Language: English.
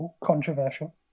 Controversial